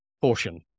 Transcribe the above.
portion